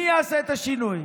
מי יעשה את השינוי?